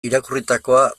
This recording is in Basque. irakurritakoa